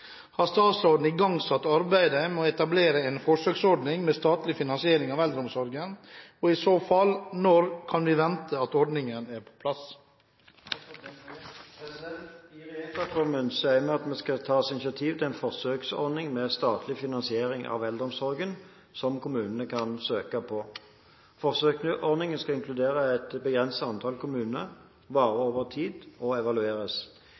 Har statsråden igangsatt arbeidet med å etablere en forsøksordning med statlig finansiering av eldreomsorgen, og i så fall, når kan vi vente at ordningen er på plass?» I regjeringsplattformen sier vi at vi skal: «Ta initiativ til en forsøksordning med statlig finansiering for eldreomsorgen, som kommunene kan søke på. Forsøksordningen skal inkludere et begrenset antall kommuner, vare over tid og evalueres.»